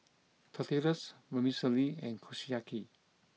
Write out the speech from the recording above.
Tortillas Vermicelli and Kushiyaki